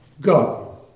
go